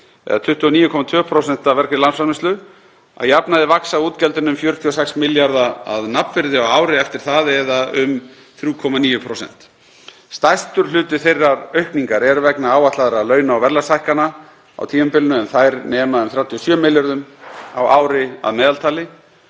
29,2% af vergri landsframleiðslu. Að jafnaði vaxa útgjöldin um 46 milljarða kr. að nafnvirði á ári eftir það eða um 3,9%. Stærstur hluti þeirrar aukningar er vegna áætlaðra launa- og verðlagshækkana á tímabilinu en þær nema um 37 milljörðum kr. á ári að meðaltali.